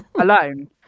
alone